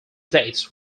dates